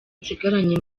nsigaranye